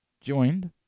joined